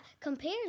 compare